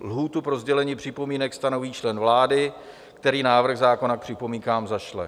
lhůtu pro sdělení připomínek stanoví člen vlády, který návrh zákona k připomínkám zašle;